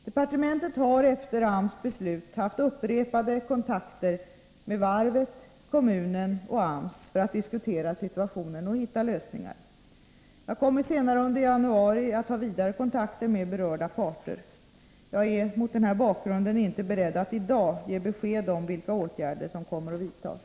Departementet har efter AMS beslut haft upprepade kontakter med varvet, kommunen och AMS för att diskutera situationen och hitta lösningar. Jag kommer senare under januari att ha vidare kontakter med berörda parter. Jag är mot den här bakgrunden inte beredd att i dag ge besked om vilka åtgärder som kommer att vidtas.